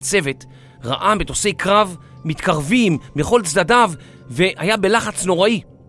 *צוות ראה מטוסי קרב מתקרבים מכל צדדיו והיה בלחץ נוראי!*